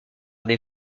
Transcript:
des